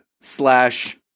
slash